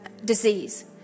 Disease